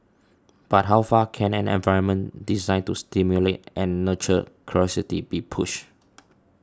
but how far can an environment designed to stimulate and nurture curiosity be pushed